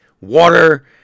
water